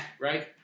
right